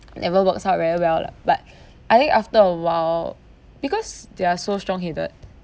never works out very well lah but I think after a while because they are so strong headed